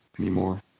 anymore